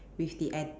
with the add